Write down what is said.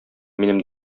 минем